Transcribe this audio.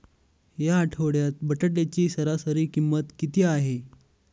या आठवड्यात बटाट्याची सरासरी किंमत किती आहे?